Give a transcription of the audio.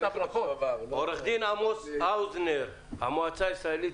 עורך הדין עמוס האוזנר, המועצה הישראלית